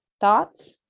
Thoughts